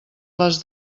les